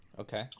Okay